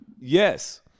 Yes